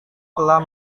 telah